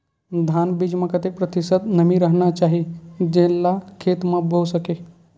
धान बीज म कतेक प्रतिशत नमी रहना चाही जेन ला खेत म बो सके?